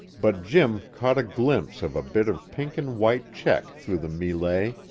but jim caught a glimpse of a bit of pink-and-white check through the melee,